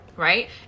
Right